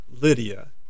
Lydia